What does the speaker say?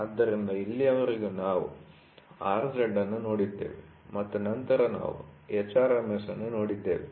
ಆದ್ದರಿಂದ ಇಲ್ಲಿಯವರೆಗೆ ನಾವು Rz ಅನ್ನು ನೋಡಿದ್ದೇವೆ ಮತ್ತು ನಂತರ ನಾವು hRMS ಅನ್ನು ನೋಡಿದ್ದೇವೆ